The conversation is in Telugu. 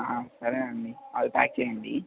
సరే అండి అవి ప్యాక్ చెయ్యండి